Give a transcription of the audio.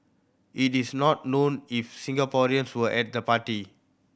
it is not known if Singaporeans were at the party